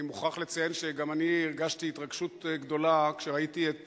אני מוכרח לציין שגם אני הרגשתי התרגשות גדולה כשראיתי את